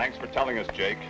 thanks for telling us jake